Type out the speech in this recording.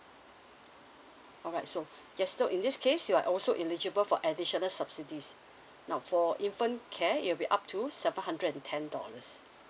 alright so yes so in this case you are also eligible for additional subsidies now for infant care it'll be up to seven hundred and ten dollars